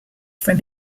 from